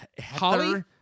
Holly